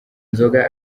nzoga